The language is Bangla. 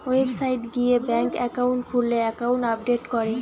ওয়েবসাইট গিয়ে ব্যাঙ্ক একাউন্ট খুললে একাউন্ট আপডেট করে